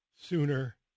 sooner